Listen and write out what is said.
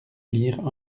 lire